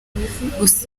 gusa